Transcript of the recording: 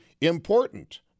important